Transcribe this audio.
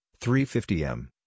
350M